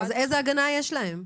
אז איזו הגנה יש להם?